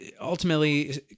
ultimately